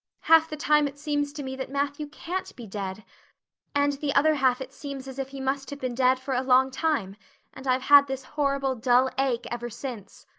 half the time it seems to me that matthew can't be dead and the other half it seems as if he must have been dead for a long time and i've had this horrible dull ache ever since.